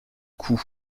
coup